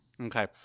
okay